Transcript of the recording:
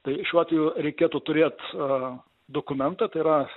tai šiuo atveju reikėtų turėt a dokumentą tai yra